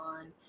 on